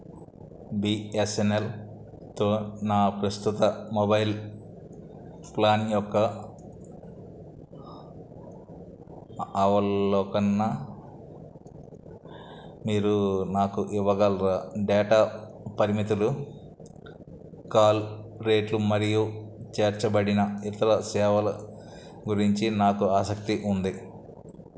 be S N ఎల్తో నా ప్రస్తుత మొబైల్ ప్లాన్ యొక్క అవలోకన్న మీరూ నాకు ఇవ్వగలరా డేటా పరిమితులు కాల్ రేట్లు మరియు చేర్చబడిన ఇతర సేవల గురించి నాకు ఆసక్తి ఉంది